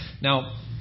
Now